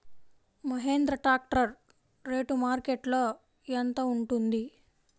Mahindra tractor rate మార్కెట్లో యెంత ఉంటుంది?